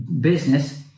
business